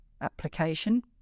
application